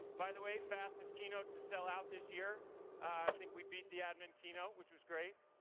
by the way, fastest keynote to sell out this year. i think we beat the admin keynote, which was great,